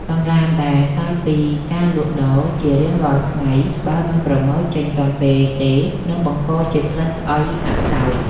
សំរាមដែលសល់ពីការលក់ដូរជារៀងរាល់ថ្ងៃបើមិនប្រមូលចេញទាន់ពេលទេនឹងបង្កជាក្លិនស្អុយអសោច។